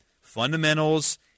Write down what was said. fundamentals